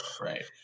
Right